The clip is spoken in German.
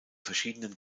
verschiedenen